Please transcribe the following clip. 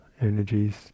energies